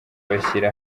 bashyira